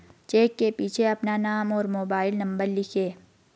check के पीछे अपना नाम और मोबाइल नंबर लिखें